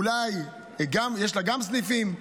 אולי, יש לה גם סניפים,